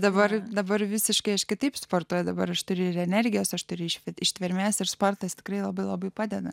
dabar dabar visiškai aš kitaip sportuoja dabar aštri ir energijos aštriais it ištvermės ir sportas tikrai labai labai padeda